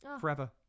forever